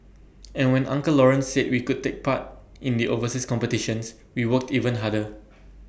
and when uncle Lawrence said we could take part in the overseas competitions we worked even harder